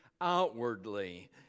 outwardly